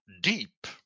deep